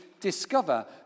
discover